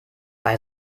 bei